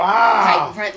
Wow